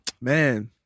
Man